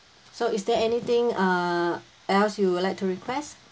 so is there anything uh else you would like to request